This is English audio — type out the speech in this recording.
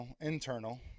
internal